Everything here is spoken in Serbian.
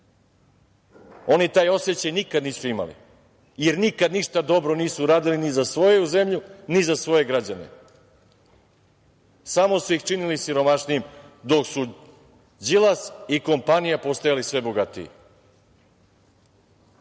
Oni taj osećaj nikad nisu imali, jer nikad ništa dobro nisu uradili ni za svoju zemlju, ni za svoje građane, samo su ih činili siromašnijim dok su Đilas i kompanija postajali sve bogatiji. Mogu